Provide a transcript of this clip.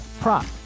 prop